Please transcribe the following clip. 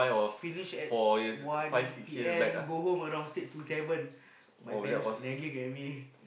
finish at one P_M go home around six or seven my parents always nagging at me